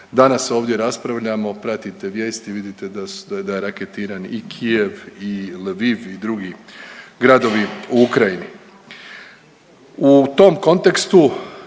danas ovdje raspravljamo pratite vijesti da je raketiran i Kijev i Lviv i drugi gradovi u Ukrajini.